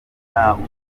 ntabwo